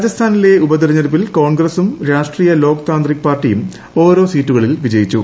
രാജസ്ഥാനിലെ ഉപതെരഞ്ഞെടുപ്പിൽ കോൺഗ്രസും രാഷ്ട്രീയ ലോക് താന്ത്രിക് പാർട്ടിയും ഓരോ സീറ്റുകളിൽ വിജയിച്ചു